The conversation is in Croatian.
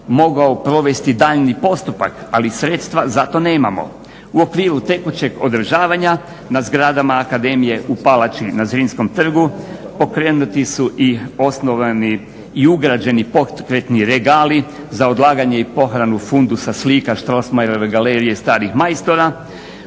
mogao provesti daljnji postupak, ali sredstva za to nemamo. U okviru tekućeg održavanja na zgradama akademije u palači na Zrinskom trgu pokrenuti su i osnovani i ugrađeni pokretni regali za odlaganje i pohranu fundusa slika Strossmayerove galerije starih majstora,